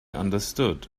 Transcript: understood